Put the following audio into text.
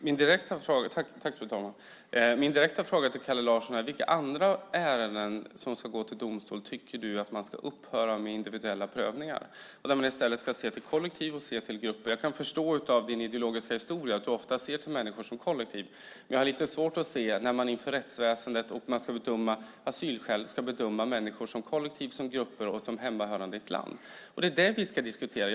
Fru talman! Min direkta fråga till Kalle Larsson är: I vilka andra ärenden som ska gå till domstol tycker du att man ska upphöra med individuella prövningar och i stället se till kollektiv och grupper? Jag kan förstå av din ideologiska historia att du ofta ser människor som kollektiv. Men jag har lite svårt att se att man inför rättsväsendet och när man ska bedöma asylskäl ska se människor som kollektiv och som grupper hemmahörande i ett land. Det är det som vi ska diskutera.